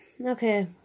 Okay